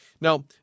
Now